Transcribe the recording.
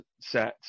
sets